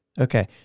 okay